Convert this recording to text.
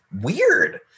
weird